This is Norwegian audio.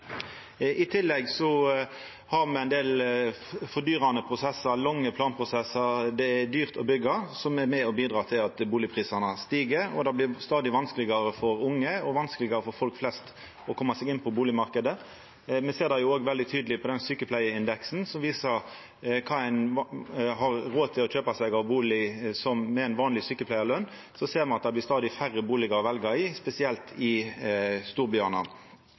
I tillegg har me ein del fordyrande prosessar. Det er lange planprosessar, det er dyrt å byggja, og det bidreg til at bustadprisane stig. Det blir stadig vanskelegare for unge og for folk flest å koma seg inn på bustadmarknaden. Me ser det òg veldig tydeleg på sjukepleiarindeksen, som viser kva ein har råd til å kjøpa seg av bustad med ei vanleg sjukepleiarløn. Me ser at det blir stadig færre bustader å velja i, spesielt i storbyane.